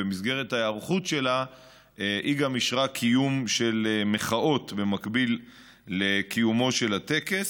במסגרת ההיערכות שלה היא גם אישרה קיום של מחאות במקביל לקיומו של הטקס.